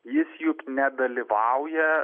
jis juk nedalyvauja